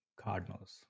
Cardinals